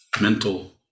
mental